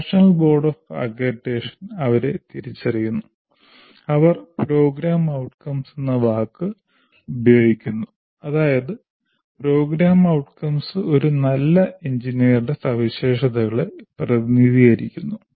national board of accreditation അവരെ തിരിച്ചറിയുന്നു അവർ 'program outcomes' എന്ന വാക്ക് ഉപയോഗിക്കുന്നു അതായത് program outcomes ഒരു നല്ല എഞ്ചിനീയറുടെ സവിശേഷതകളെ പ്രതിനിധീകരിക്കുന്നു